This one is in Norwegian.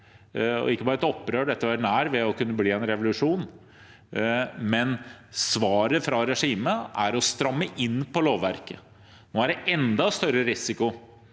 bare var det et opprør – det var nær ved å bli en revolusjon, men svaret fra regimet var å stramme inn på lovverket. Nå er det enda større risiko